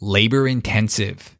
Labor-intensive